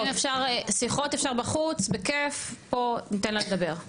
אם אפשר שיחות אפשר בחוץ בכיף, פה ניתן לדבר.